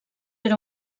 era